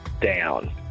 down